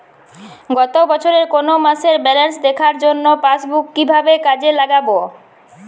গত বছরের কোনো মাসের ব্যালেন্স দেখার জন্য পাসবুক কীভাবে কাজে লাগাব?